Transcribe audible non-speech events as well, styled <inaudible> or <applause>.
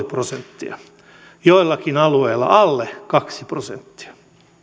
<unintelligible> prosenttia joillakin alueilla alle kaksi prosenttia